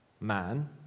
man